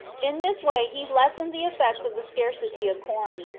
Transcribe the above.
in this way he lessened the effects of the scarcity of corn,